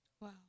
Wow